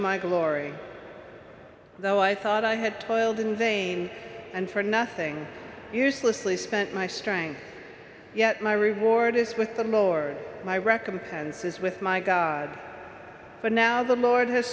my glory no i thought i had toiled in vain and for nothing uselessly spent my strength yet my reward is with the lord my recompenses with my god but now the lord has